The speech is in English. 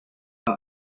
one